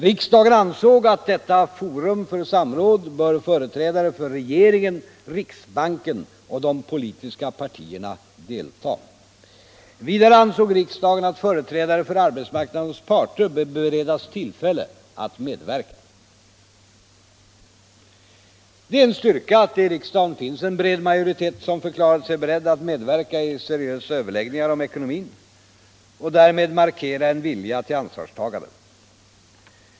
Riksdagen ansåg att i detta forum för samråd bör företrädare för regeringen, riksbanken och de politiska partierna delta. Vidare ansåg riksdagen att företrädare för arbetsmarknadens parter bör beredas tillfälle att medverka. Det är en styrka att det i riksdagen finns en bred majoritet som har förklarat sig beredd att medverka i seriösa överläggningar om ekonomin och därmed markera en vilja till ansvarstagande.